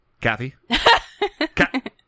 Kathy